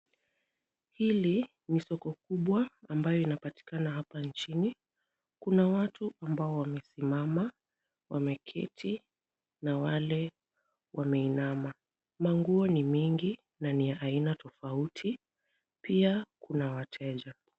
Hili ni soko kubwa ambayo inapatikana hapa nchini. Kuna watu ambao wamesimama, wameketi na wale wameinama. Manguo ni mingi na ni ya aina tofauti. Pia kuna wateja.